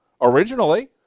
Originally